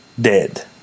dead